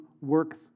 works